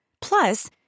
Plus